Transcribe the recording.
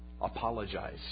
Apologize